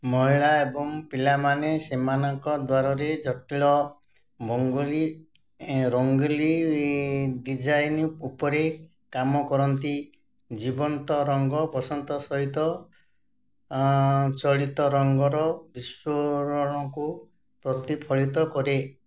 ମହିଳା ଏବଂ ପିଲାମାନେ ସେମାନଙ୍କ ଦ୍ୱାରରେ ଜଟିଳ ମଙ୍ଗୋଲି ରଙ୍ଗଲି ଡ଼ିଜାଇନ୍ ଉପରେ କାମ କରନ୍ତି ଜୀବନ୍ତ ରଙ୍ଗ ବସନ୍ତ ସହିତ ଜଡ଼ିତ ରଙ୍ଗର ବିସ୍ଫୋରଣକୁ ପ୍ରତିଫଳିତ କରେ